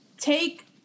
Take